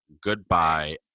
goodbye